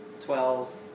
twelve